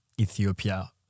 Ethiopia